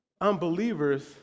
Unbelievers